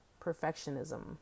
perfectionism